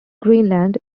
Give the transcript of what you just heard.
greenland